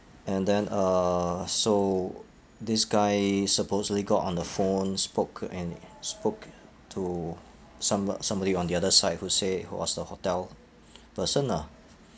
and then uh so this guy supposedly got on the phone spoke and spoke to somebo~ somebody on the other side who say who was the hotel person ah